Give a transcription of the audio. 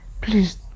please